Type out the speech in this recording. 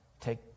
Take